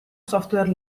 software